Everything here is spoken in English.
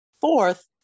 Fourth